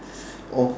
or